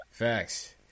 Facts